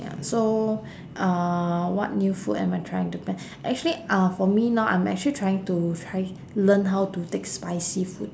ya so uh what new food am I trying to plan actually uh for me now I'm actually trying to try~ learn how to take spicy food